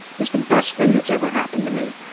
he's the best thing that's ever happened to me,